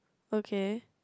okay